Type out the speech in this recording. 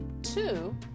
Two